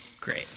Great